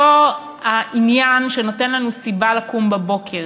אותו עניין שנותן לנו סיבה לקום בבוקר,